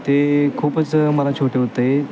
ते खूपच मला छोटे होत आहे